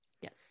Yes